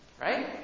Right